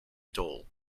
doll